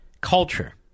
culture